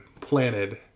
planted